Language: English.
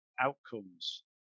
outcomes